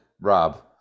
Rob